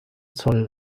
zoll